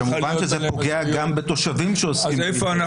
וכמובן שזה פוגע גם בתושבים שעוסקים בניקיון.